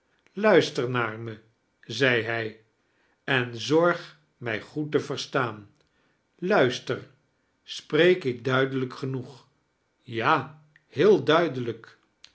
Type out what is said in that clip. luister naar me zei hij en zorg mij goed te verstaan luister spreek ik duidelijk genoeg ja heel duidelijk